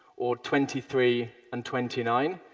or twenty three and twenty nine,